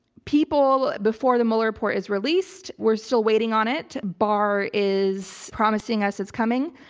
people before the mueller report is released, we're still waiting on it. barr is promising us it's coming,